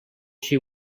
she